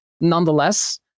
Nonetheless